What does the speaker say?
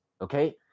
okay